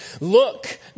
look